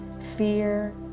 fear